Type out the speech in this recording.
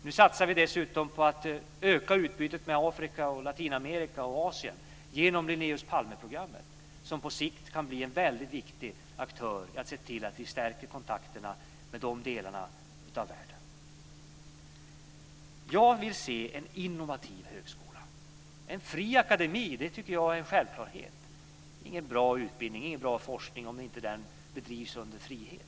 Nu satsar vi dessutom på att öka utbytet med Afrika, Latinamerika och Asien genom Linnaeus-Palme-programmet, som på sikt kan bli en väldigt viktig aktör när det gäller att stärka kontakterna med dessa delar av världen. Jag vill se en innovativ högskola. En fri akademi tycker jag är en självklarhet. Det är ingen bra utbildning och ingen bra forskning om den inte bedrivs under frihet.